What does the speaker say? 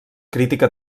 crítica